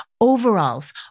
overalls